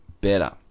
better